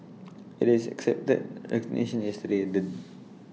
IT is accepted resignation yesterday the